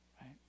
right